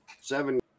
seven